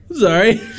sorry